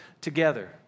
together